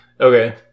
Okay